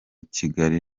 kigali